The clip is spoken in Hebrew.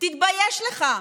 תתבייש לך.